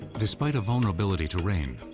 despite a vulnerability to rain,